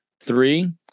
Three